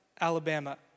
Alabama